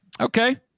Okay